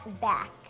back